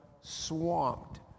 swamped